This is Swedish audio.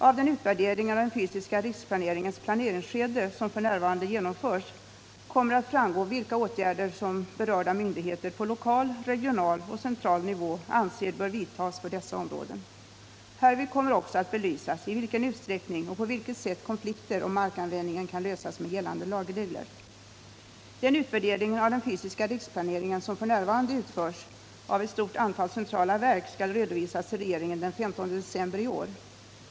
Av den utvärdering av den fysiska riksplaneringens planeringsskede som f.n. genomförs kommer det att framgå vilka åtgärder som berörda myndigheter på lokal, regional och central nivå anser bör vidtas för dessa områden. Härvid kommer också att belysas i vilken utsträckning och på vilket sätt konflikter om markanvändningen kan lösas med gällande lagregler. Den utvärdering av den fysiska riksplaneringen som f.n. utförs av ett stort antal centrala verk skall redovisas till regeringen den 15 december i år.